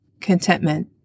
contentment